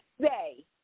say